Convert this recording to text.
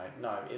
no